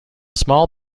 small